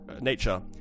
nature